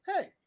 hey